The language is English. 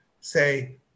say